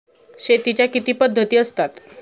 शेतीच्या किती पद्धती असतात?